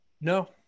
No